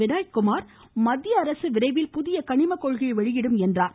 வினாய்குமார் மத்திய அரசு விரைவில் புதிய கனிம கொள்கையை வெளியிடும் என்றார்